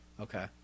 Okay